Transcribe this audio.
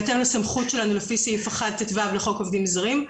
בהתאם לסמכות שלנו לפי סעיף 1טו לחוק עובדים זרים.